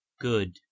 good